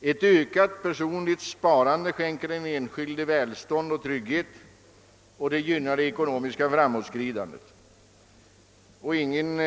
Ett ökat personligt sparande skänker den enskilde välstånd och trygghet, och det gynnar det ekonomiska framåtskridandet. Ingen